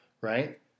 right